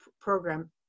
program